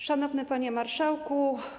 Szanowny Panie Marszałku!